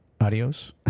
adios